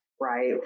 right